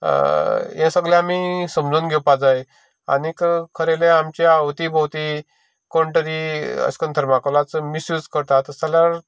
हें सगलें आमी समजोन घेवपाक जाय आनी खरेलें आमच्या अवती भोवतीक कोण तरी अशें थर्माकोलाचो मिसयूज करता तशें जाल्यार ताकाय बी